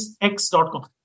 X.com